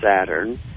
Saturn